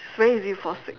it's very easy to fall sick